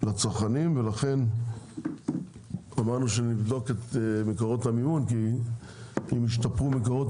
לצרכנים ולכן קבענו שנבדוק את מקורות המימון כי אם ישתפרו מקורות